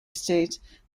state